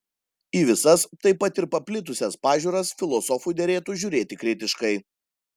į visas taip pat ir į paplitusias pažiūras filosofui derėtų žiūrėti kritiškai